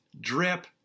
drip